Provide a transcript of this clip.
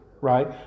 right